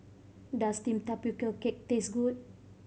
does steam tapioca cake taste good